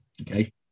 okay